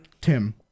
tim